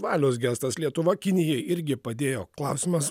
valios gestas lietuva kinijai irgi padėjo klausimas